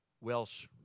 Welsh